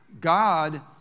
God